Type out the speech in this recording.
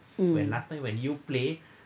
um